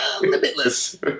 limitless